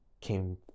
came